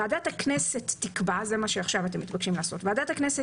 ועדת הכנסת תקבע זה מה שאתם מתבקשים לעשות עכשיו,